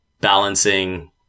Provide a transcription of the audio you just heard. balancing